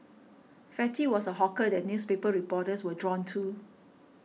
Fatty was a hawker that newspaper reporters were drawn to